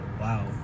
wow